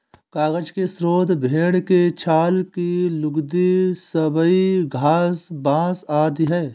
कागज के स्रोत पेड़ के छाल की लुगदी, सबई घास, बाँस आदि हैं